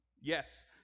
Yes